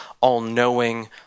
all-knowing